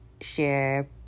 share